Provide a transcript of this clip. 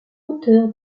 auteur